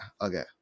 okay